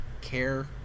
care